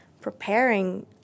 preparing